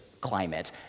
climate